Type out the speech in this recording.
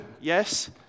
Yes